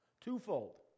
Twofold